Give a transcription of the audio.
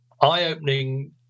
eye-opening